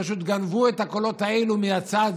פשוט גנבו את הקולות האלה מהצד